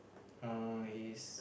uh his